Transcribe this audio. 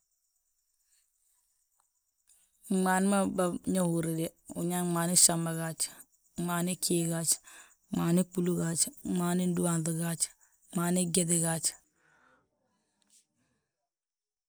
Gmaani ma ñe húrni de gmaani gsaamba gaaj, gmaan ghii gaaj, gmaani gbúlu gaaj, gmaani ndúhaanŧi gaaj, gmaani gyeti gaaj.